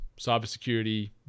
cybersecurity